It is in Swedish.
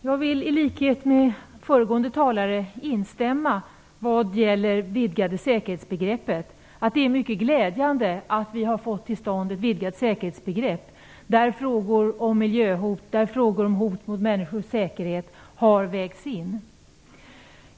Fru talman! I likhet med föregående talare instämmer jag vad gäller det vidgade säkerhetsbegreppet. Det är mycket glädjande att vi har fått till stånd ett vidgat säkerhetsbegrepp där frågor om miljöhot och om hot mot människors säkerhet har vägts in.